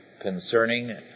Concerning